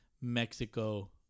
Mexico